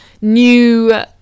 new